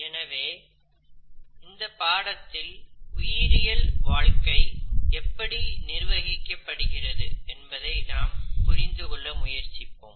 எனவே இந்தப் பாடத்தில் உயிரியல் வாழ்க்கை எப்படி நிர்வகிக்கப்படுகிறது என்பதை நாம் புரிந்துகொள்ள முயற்சிப்போம்